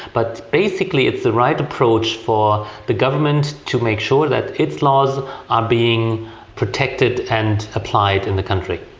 but basically it's the right approach for the government to make sure that its laws are being protected and applied in the country.